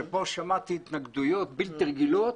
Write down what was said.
וכאן שמעתי התנגדויות בלתי רגילות,